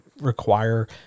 require